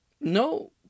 No